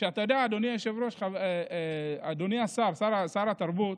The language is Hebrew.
אתה יודע, אדוני היושב-ראש, אדוני השר, שר התרבות,